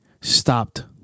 stopped